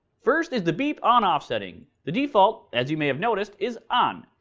first, is the beep on off setting. the default, as you may have noticed, is on.